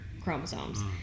chromosomes